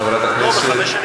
חברת הכנסת,